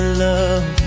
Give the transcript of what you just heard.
love